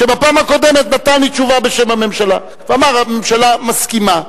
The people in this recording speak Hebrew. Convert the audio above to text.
שבפעם הקודמת נתן לי תשובה בשם הממשלה ואמר: הממשלה מסכימה.